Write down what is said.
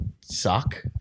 suck